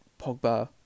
Pogba